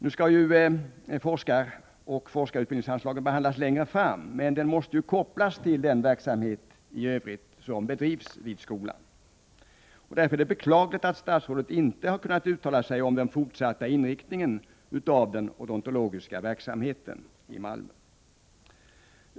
Nu skall ju forskaroch forskarutbildningsanslagen behandlas längre fram, men forskningen måste kopplas till den verksamhet i övrigt som bedrivs vid skolan. Det är därför beklagligt att statsrådet inte uttalar sig om den fortsatta inriktningen av den odontologiska verksamheten i Malmö.